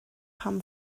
pam